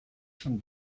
schon